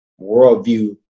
worldview